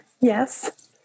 Yes